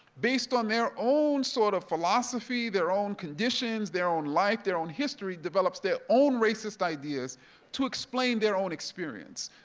based on their own sort of philosophy, their own conditions, their own life, their own history, develops their own racist ideas to explain their own experience.